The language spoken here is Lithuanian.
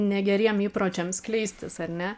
negeriem įpročiam skleistis ar ne